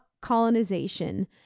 colonization